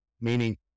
meaning